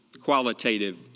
Qualitative